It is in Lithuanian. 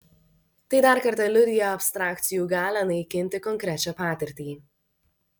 tai dar kartą liudija abstrakcijų galią naikinti konkrečią patirtį